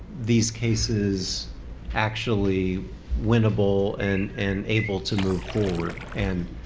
these cases actually winnable and and able to move forward. and